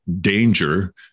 danger